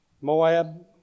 Moab